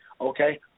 Okay